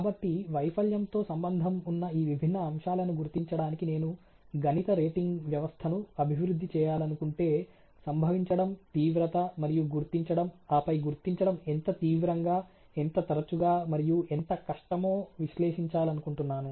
కాబట్టి వైఫల్యంతో సంబంధం ఉన్న ఈ విభిన్న అంశాలను గుర్తించడానికి నేను గణిత రేటింగ్ వ్యవస్థను అభివృద్ధి చేయాలనుకుంటే సంభవించడం తీవ్రత మరియు గుర్తించడం ఆపై గుర్తించడం ఎంత తీవ్రంగా ఎంత తరచుగా మరియు ఎంత కష్టమో విశ్లేషించాలనుకుంటున్నాను